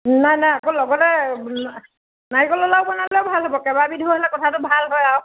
নাই নাই আকৌ লগতে না নাৰিকলৰ লাৰু বনাই দিলে ভাল হ'ব কেইবাবিধো হ'লে কথাটো ভাল হয় আৰু